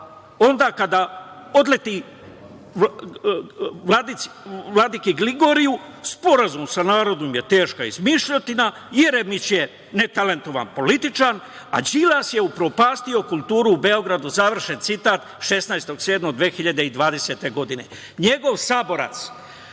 onda kada odleti vladiki Grigoriju, sporazum sa narodom je teška izmišljotina. Jeremić je netalentovan političar, a Đilas je upropastio kulturu u Beogradu. Završen citat 16.07.2020. godine. Njegov saborac